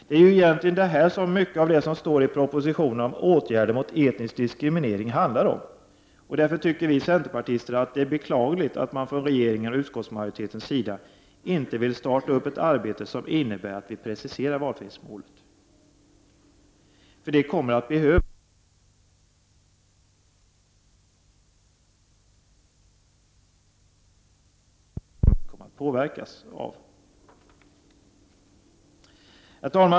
Det är egentligen det här som mycket av det som står i propositionen om åtgärder mot etnisk diskriminering handlar om. Därför tycker vi centerpartister att det är beklagligt att man från regeringens och utskottsmajoritetens sida inte vill starta ett arbete som innebär att vi preciserar valfrihetsmålet. Det kommer att behövas. Herr talman!